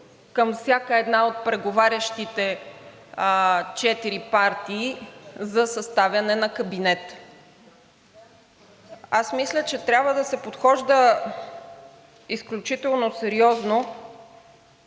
към всяка една от преговарящите четири партии за съставяне на кабинет? Мисля, че трябва да се подхожда изключително сериозно